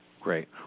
Great